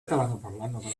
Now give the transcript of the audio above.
tirador